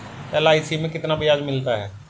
LIC में कितना ब्याज मिलता है?